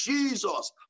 Jesus